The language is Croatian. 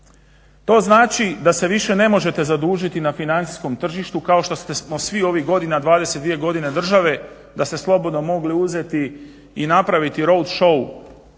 To znači da se više ne možete zadužiti na financijskom tržištu kao što smo svih ovih godina 22 godine države da ste slobodno mogli uzeti i napraviti … shou